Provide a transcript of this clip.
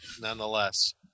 nonetheless